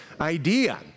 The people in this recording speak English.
idea